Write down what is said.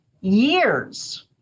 years